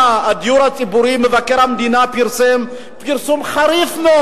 מבקר המדינה פרסם דוח חריף מאוד